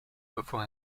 bevor